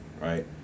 right